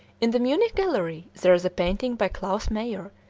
in the munich gallery there is a painting by claus meyer,